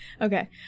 Okay